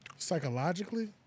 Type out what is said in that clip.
psychologically